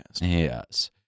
Yes